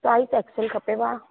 size XL खपे भाउ